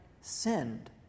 sinned